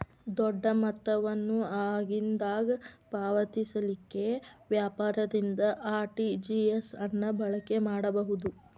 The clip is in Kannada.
ದೊಡ್ಡ ಮೊತ್ತವನ್ನು ಆಗಿಂದಾಗ ಪಾವತಿಸಲಿಕ್ಕೆ ವ್ಯಾಪಾರದಿಂದ ಆರ್.ಟಿ.ಜಿ.ಎಸ್ ಅನ್ನ ಬಳಕೆ ಮಾಡಬಹುದು